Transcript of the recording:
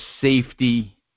safety